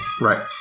Right